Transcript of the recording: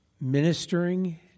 ministering